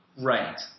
Right